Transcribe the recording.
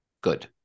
Good